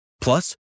Plus